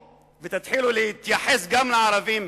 תתעשתו ותתחילו להתייחס גם לערבים